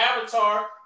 Avatar